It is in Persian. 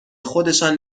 خودشان